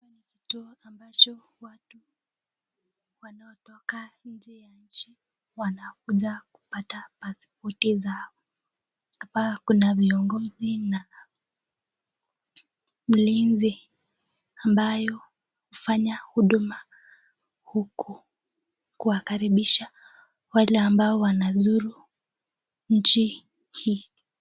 watu ambacho watu wanaotoka nje ya nchi wanakuja kupata paspoti zao hapa kuna viongozi na mlizi ambayo ufanya uduma uku wakaribisha wale ambao wanazuru nchi hii